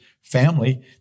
family